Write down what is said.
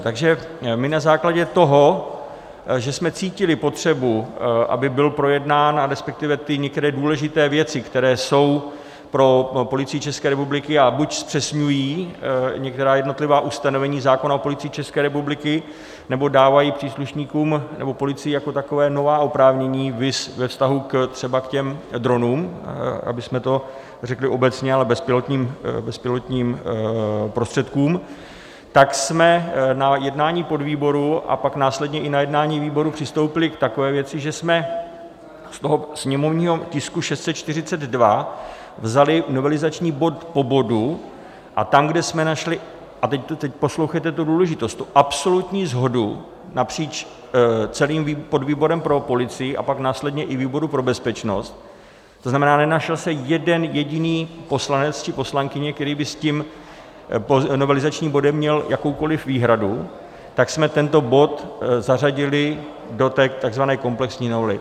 Takže my na základě toho, že jsme cítili potřebu, aby byl projednán, a respektive některé důležité věci, které jsou pro Policii České republiky, a buď zpřesňují některá jednotlivá ustanovení zákona o Policii České republiky, nebo dávají příslušníkům nebo policii jako takové nová oprávnění, viz ve vztahu třeba k dronům, abychom to řekli obecně, ale bezpilotním prostředkům, tak jsme na jednání podvýboru a pak následně i na jednání výboru přistoupili k takové věci, že jsme ze sněmovního tisku 642 vzali novelizační bod po bodu a tam, kde jsme našli, a teď poslouchejte, tu důležitost, absolutní shodu napříč celým podvýborem pro policii a pak následně i výboru pro bezpečnost to znamená, nenašel se jeden jediný poslanec či poslankyně, kteří by s tím novelizačním bodem měli jakoukoliv výhradu tak jsme tento bod zařadili do takzvané komplexní novely.